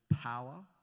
Power